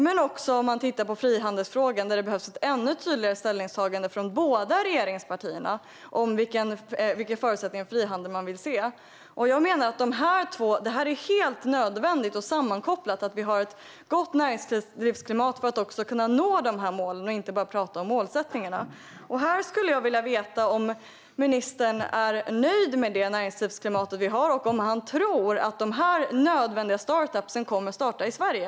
Man kan också titta på frihandelsfrågan där det behövs ett ännu tydligare ställningstagande från båda regeringspartierna om vilka förutsättningar för frihandel man vill se. Jag menar att det är helt nödvändigt och sammankopplat. Vi måste ha ett gott näringslivsklimat för att kunna nå målen och inte bara tala om målsättningarna. Här skulle jag vilja veta om ministern är nöjd med det näringslivsklimat vi har och om han tror att de nödvändiga startup-företagen kommer att starta i Sverige.